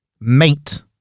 mate